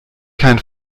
kein